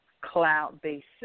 cloud-based